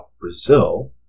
Brazil